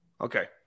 okay